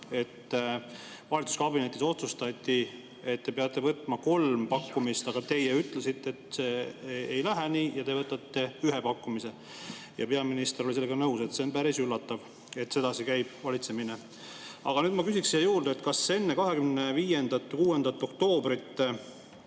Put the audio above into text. et valitsuskabinetis otsustati, et te peate võtma kolm pakkumist, aga teie ütlesite, et see ei lähe nii ja te võtate ühe pakkumise. Ja peaminister oli sellega nõus. See on päris üllatav, et sedasi käib valitsemine. Aga nüüd ma küsiksin siia juurde. Kas enne 25. või 26. oktoobrit,